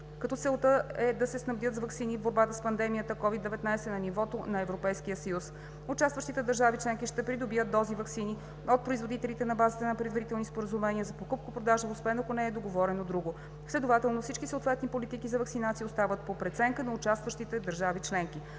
като целта е да се снабдят с ваксини в борбата с пандемията COVID-19 на нивото на Европейския съюз. Участващите държави членки ще придобият дози ваксини от производителите на базата на предварителни споразумения за покупко-продажба, освен ако не е договорено друго. Следователно всички съответни политики за ваксинация остават по преценка на участващите държави членки.